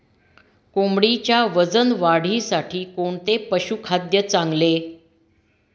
कोंबडीच्या वजन वाढीसाठी कोणते पशुखाद्य चांगले?